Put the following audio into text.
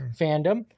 fandom